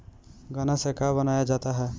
गान्ना से का बनाया जाता है?